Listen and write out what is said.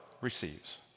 receives